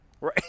Right